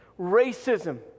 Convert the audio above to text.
racism